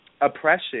Oppression